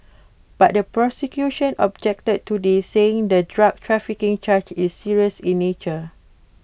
but the prosecution objected to this saying the drug trafficking charge is serious in nature